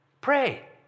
Pray